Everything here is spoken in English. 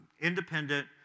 independent